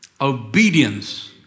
Obedience